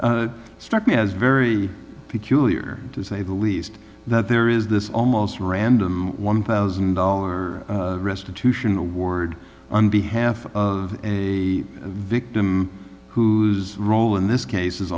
case struck me as very peculiar to say the least that there is this almost random one thousand dollars restitution award on behalf of a victim whose role in this case is